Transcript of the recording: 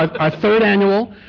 ah our third annual.